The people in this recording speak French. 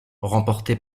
remportée